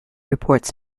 reports